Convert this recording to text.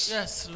Yes